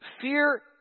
fear